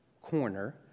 corner